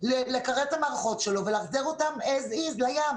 לקרר את המערכות שלו ולהחזיר אותם as is לים,